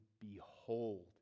behold